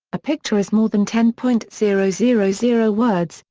a picture is more than ten point zero zero zero words,